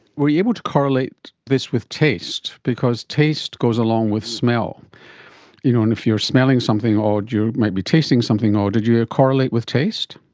were you able to correlate this with taste, because taste goes along with smell you know and if you are smelling something odd you might be tasting something odd. did you correlate with taste?